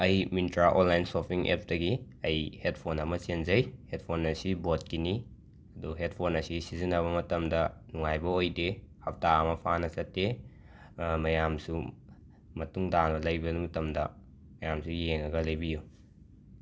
ꯑꯩ Myntra online shopping ꯑꯦꯞꯇꯒꯤ ꯑꯩ ꯍꯦꯠꯐꯣꯟ ꯑꯃ ꯆꯦꯟꯖꯩ ꯍꯦꯠꯐꯣꯟ ꯑꯁꯤ ꯕꯣꯠꯀꯤꯅꯤ ꯗꯣ ꯍꯦꯠꯐꯣꯟ ꯑꯁꯤ ꯁꯤꯖꯤꯟꯅꯕ ꯃꯇꯝꯗ ꯅꯨꯡꯉꯥꯏꯕ ꯑꯣꯏꯗꯦ ꯍꯞꯇꯥ ꯑꯃ ꯐꯥꯅ ꯆꯠꯇꯦ ꯃꯌꯥꯝꯁꯨ ꯃꯇꯨꯡ ꯇꯥꯅ ꯂꯩꯕ ꯃꯇꯝꯗ ꯃꯌꯥꯝꯁꯨ ꯌꯦꯡꯂꯒ ꯂꯩꯕꯤꯌꯨ